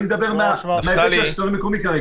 אני מדבר מההיבט של השלטון המקומי כרגע.